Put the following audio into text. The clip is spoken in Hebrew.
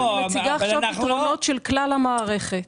אני מציגה עכשיו פתרונות של כלל המערכת.